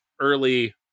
early